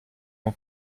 bon